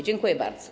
Dziękuję bardzo.